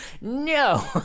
No